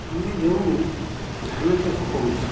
ଆମେ ଯେଉଁ ଧାନ ଚାଷ କରୁଛୁ